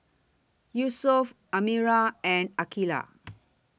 Yusuf Amirah and Aqilah